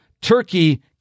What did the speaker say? Turkey